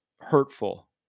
hurtful